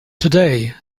today